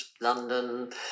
London